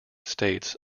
states